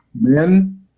Men